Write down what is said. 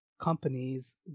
companies